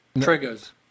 Triggers